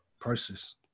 process